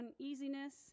uneasiness